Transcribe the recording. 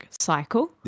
cycle